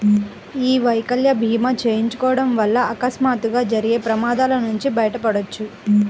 యీ వైకల్య భీమా చేయించుకోడం వల్ల అకస్మాత్తుగా జరిగే ప్రమాదాల నుంచి బయటపడొచ్చు